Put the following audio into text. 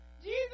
Jesus